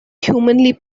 humanly